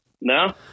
no